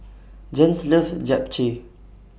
Jens loves Japchae